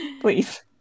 Please